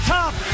top